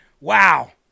Wow